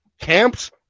Camps